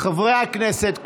חברי הכנסת,